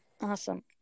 Awesome